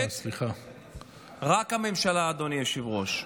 רק הממשלה, אדוני היושב-ראש.